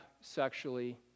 sexually